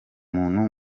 muntu